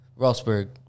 Rosberg